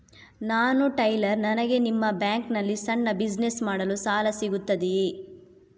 ನಾನು ಟೈಲರ್, ನನಗೆ ನಿಮ್ಮ ಬ್ಯಾಂಕ್ ನಲ್ಲಿ ಸಣ್ಣ ಬಿಸಿನೆಸ್ ಮಾಡಲು ಸಾಲ ಸಿಗುತ್ತದೆಯೇ?